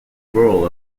role